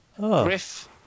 Griff